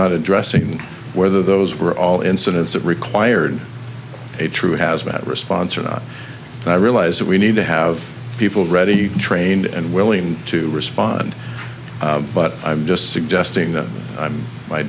not addressing whether those were all incidents that required a true hazmat response or not i realize that we need to have people ready trained and willing to respond but i'm just suggesting that i'm my